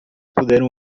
puderam